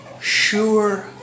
sure